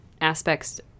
aspects